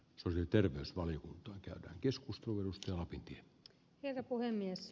sally terveysvaliokunta käy joskus tunnustaa piti herra puhemies